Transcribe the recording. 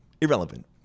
Irrelevant